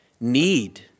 need